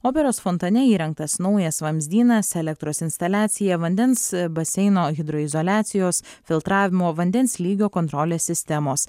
operos fontane įrengtas naujas vamzdynas elektros instaliacija vandens baseino hidroizoliacijos filtravimo vandens lygio kontrolės sistemos